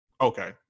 okay